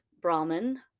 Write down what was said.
Brahman